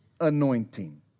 anointing